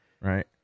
Right